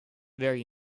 very